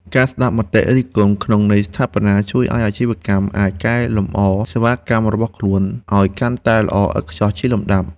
ការស្ដាប់មតិរិះគន់ក្នុងន័យស្ថាបនាជួយឱ្យអាជីវកម្មអាចកែលម្អសេវាកម្មរបស់ខ្លួនឱ្យកាន់តែល្អឥតខ្ចោះជាលំដាប់។